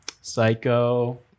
psycho